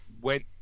went